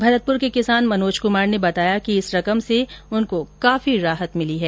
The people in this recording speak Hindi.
भरतपुर के किसान मनोज कुमार ने बताया कि इस रकम से उनको काफी राहत मिली है